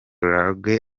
lague